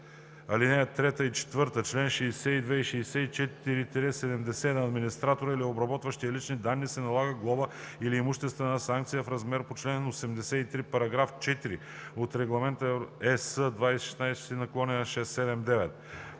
ал. 3 и 4, чл. 62 и 64 – 70 на администратора или обработващия лични данни се налага глоба или имуществена санкция в размерите по чл. 83, параграф 4 от Регламент (ЕС) 2016/679.